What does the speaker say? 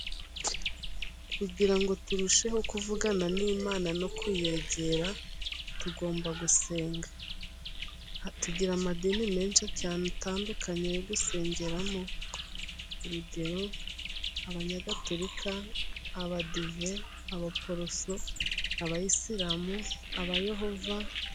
Kugira ngo turusheho kuvugana n'Imana no kuyegera tugomba gusenga. Tugira amadini menshi cyane dutandukanye yo gusengeramo, urugero: abanyagatolika, abadive, abaporoso, abayisilamu, abayehova.